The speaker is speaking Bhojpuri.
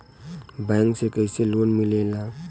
बैंक से कइसे लोन मिलेला?